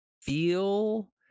feel